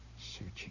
Searching